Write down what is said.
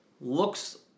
looks